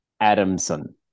Adamson